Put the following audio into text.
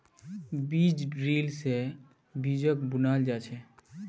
बीज ड्रिल से बीजक बुनाल जा छे